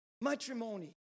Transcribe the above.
matrimony